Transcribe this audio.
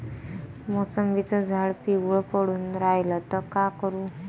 मोसंबीचं झाड पिवळं पडून रायलं त का करू?